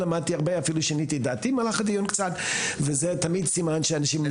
אפילו שיניתי את דעתי במהלך הדיון קצת וזה תמיד סימן שאנשים,